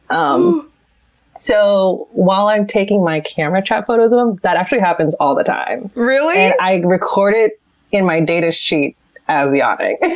um so while i'm taking my camera trap photos of them, that actually happens all the time. i record it in my data sheet as yawning.